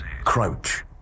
Crouch